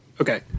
Okay